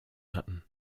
hatten